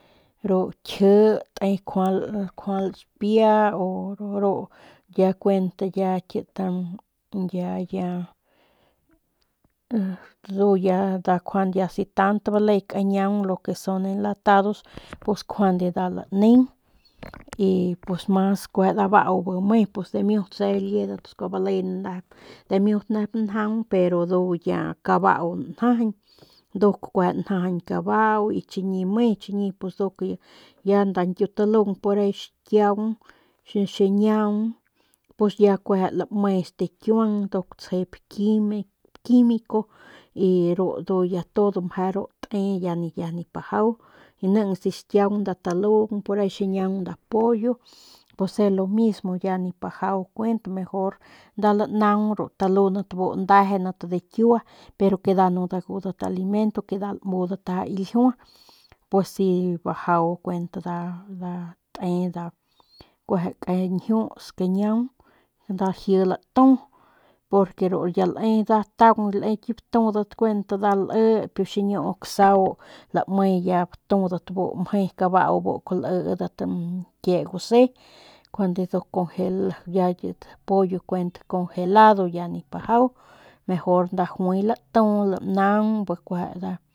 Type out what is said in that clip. Ru kji te kjual kjual xipia o ya ru ya kuent ya kit ya ya ndu ya si tant bale kañiaung lo que son enlatados pues kjuande nda laneng y pus mas kueje dabau bi me pus damiut se liedat sku baledat dimiut nep njaung pero ndu ya kabau njajañ nduk kueje njajañ kabau y chiñi me chiñi pus nduk ya nda ñkiutalung porahi xikiaung xiñiaung pus ya kueje lame stakiuang nduk tsjep quime quimico y ru ndu ya todo mje ru te ya ya nip bajau y niing si xkiaung nda talung porahi xikiaung nda pollo pues es lo mismo ya nip bajau kuent mejor nda lanaung ru talundat bu ndejendat de kiua pero que no nda dagudat alimento nda lamudat ndaja ki ljua pues si bajau kuent te te nda kueje kiñjuts kañiaung nda laji latu porque ru le nda taung le ki batudat kuent nda liyp xiñiu ksau lame ya btudat ya bu mje kabau bu ku liydat ñkie gusi njuande ya kit conj ya kuent kit pollo ya kit congelado ya nip bajau mejor nda juay latu lanaung bi kueje nda.